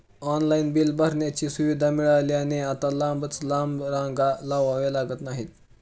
online bill भरण्याची सुविधा मिळाल्याने आता लांबच लांब रांगा लावाव्या लागत नाहीत